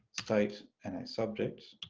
state and a subject,